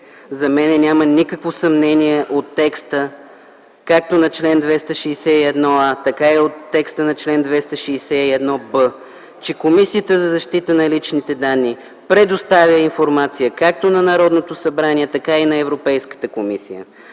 За мен няма никакво съмнение от текста както на чл. 261а, така и от текста на чл. 261б, че Комисията за защита на личните данни предоставя информация както на Народното събрание, така и на Европейската комисия.